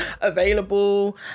available